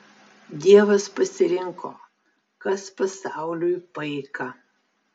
dievas pasirinko kas pasauliui paika